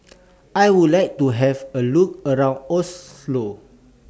I Would like to Have A Look around Oslo